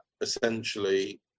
essentially